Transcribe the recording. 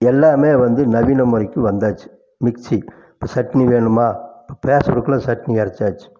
எல்லாமே வந்து நவீனமுறைக்கு வந்தாச்சு மிக்ஸி இப்போ சட்னி வேணுமா இப்போ பேசுறக்குள்ளே சட்னி அரைச்சாச்சி